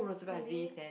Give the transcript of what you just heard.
maybe